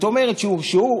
זאת אומרת שהורשעו.